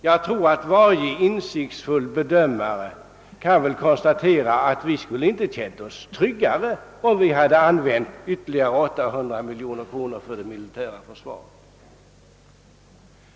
Nej, ingen insiktsfull bedömare vill väl påstå att så hade varit förhållandet.